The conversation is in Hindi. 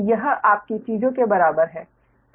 तो यह आपकी चीजों के बराबर है